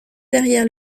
derrière